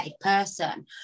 person